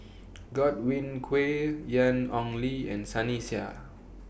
Godwin Koay Ian Ong Li and Sunny Sia